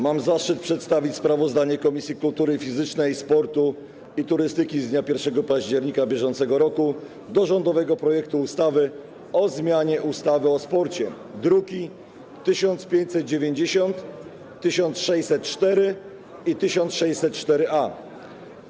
Mam zaszczyt przedstawić sprawozdanie Komisji Kultury Fizycznej, Sportu i Turystyki z dnia 1 października br. o rządowym projekcie ustawy o zmianie ustawy o sporcie, druki nr 1590, 1604 i 1604-A.